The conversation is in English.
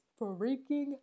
freaking